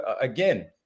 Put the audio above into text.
again